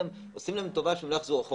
עושים להם טובה שלא יחזירו.